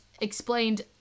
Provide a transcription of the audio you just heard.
explained